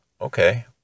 okay